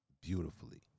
beautifully